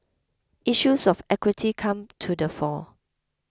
issues of equity come to the fore